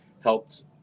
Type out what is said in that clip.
helped